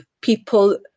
people